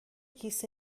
کیسه